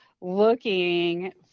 looking